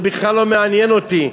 זה בכלל לא מעניין אותי,